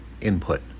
input